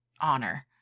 honor